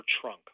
trunk